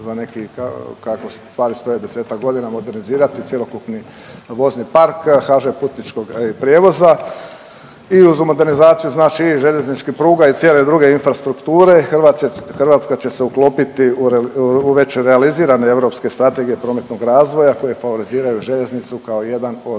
Hrvatska će se uklopiti u već realizirane europske strategije prometnog razvoja koje favoriziraju željeznicu kao jedan od